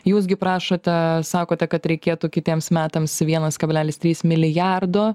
jūs gi prašote sakote kad reikėtų kitiems metams vienas kablelis trys milijardo